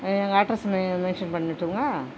எங்கள் address mention பண்ணிட்டுங்களா